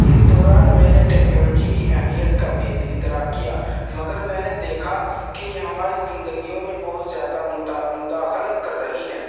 اس دوران میں نے ٹیکنالوجی کی اہمیت کا بھی ایک ادراک کیا مگر میں نے دیکھا کہ یہ ہماری زندگیوں میں بہت زیادہ مداخلت کر رہی ہے